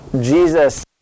Jesus